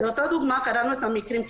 קראנו את המקרים,